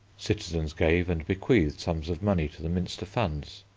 citizens gave and bequeathed sums of money to the minster funds.